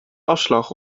afslag